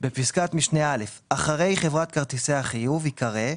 בפסקת משנה (א): "אחרי חברת כרטיסי החיוב ייקרא"